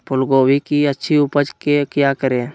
फूलगोभी की अच्छी उपज के क्या करे?